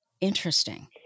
Interesting